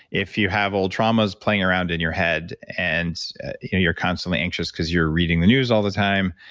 if you have old traumas playing around in your head and you're constantly anxious because you're reading the news all the time,